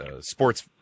sports